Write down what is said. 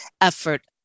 effort